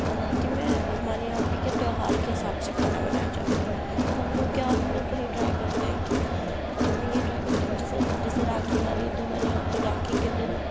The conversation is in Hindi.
बनाती मैं हमारे यहाँ पे त्यौहार के हिसाब से खाना बनाया जाता है तो हम लोग क्या हम लोग यही ट्राई करते हैं कि अगर मैं यही ट्राई करती हूँ कि जैसे जैसे राखी आ रही तो हमारे यहाँ पे राखी के दिन